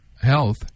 Health